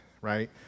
right